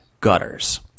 gutters